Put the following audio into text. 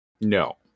No